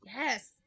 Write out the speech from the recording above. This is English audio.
Yes